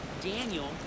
Daniel